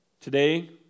Today